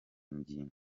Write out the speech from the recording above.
ngingo